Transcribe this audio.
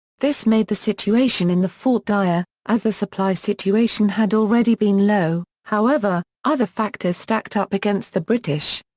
this made the situation in the fort dire, as the supply situation had already been low, however, other factors stacked up against the british.